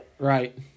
Right